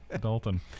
Dalton